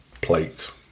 plate